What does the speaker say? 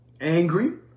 angry